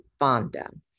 Bonda